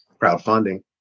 crowdfunding